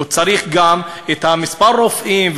הוא צריך גם את מספר הרופאים,